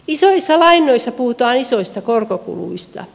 isoissa lainoissa puhutaan isoista korkokuluista